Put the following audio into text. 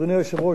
אדוני היושב-ראש,